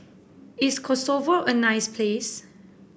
is Kosovo a nice place